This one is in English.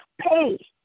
pay